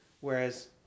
Whereas